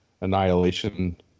annihilation